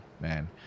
man